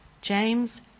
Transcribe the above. James